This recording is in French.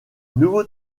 nouveau